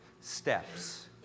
steps